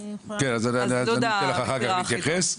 אחר כך נתייחס.